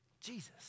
Jesus